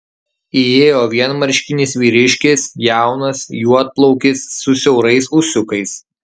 įėjo vienmarškinis vyriškis jaunas juodplaukis su siaurais ūsiukais